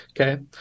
Okay